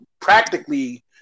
practically